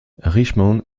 richmond